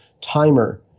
timer